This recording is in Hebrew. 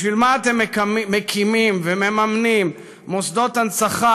בשביל מה אתם מקימים ומממנים מוסדות הנצחה